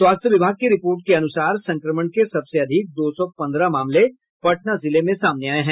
स्वास्थ्य विभाग की रिपोर्ट के अनुसार संक्रमण के सबसे अधिक दो सौ पंद्रह मामले पटना जिले में सामने आये हैं